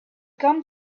come